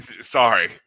Sorry